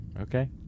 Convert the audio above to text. Okay